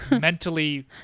mentally